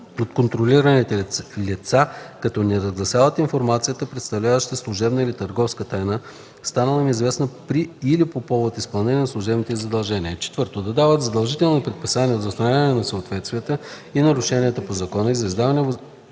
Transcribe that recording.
от контролираните лица, като не разгласяват информацията, представляваща служебна или търговска тайна, станала им известна при или по повод изпълнение на служебните им задължения; 4. да дават задължителни предписания за отстраняване на несъответствията и нарушенията по закона и на издадените въз